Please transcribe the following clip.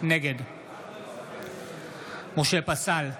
נגד משה פסל,